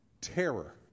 Terror